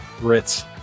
Ritz